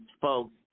folks